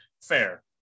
fair